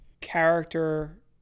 character